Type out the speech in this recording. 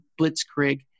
Blitzkrieg